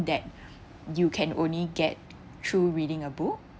that you can only get through reading a book